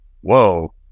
Whoa